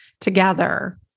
together